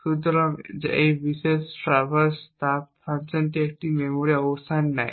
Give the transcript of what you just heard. সুতরাং এই বিশেষ ট্র্যাভার্স তাপ ফাংশনটি একটি মেমরি অবস্থান নেয়